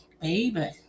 Baby